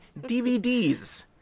DVDs